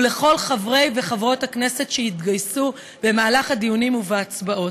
ולכל חברי וחברות הכנסת שהתגייסו במהלך הדיונים ובהצבעות.